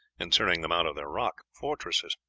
in turning them out of their rock fortresses.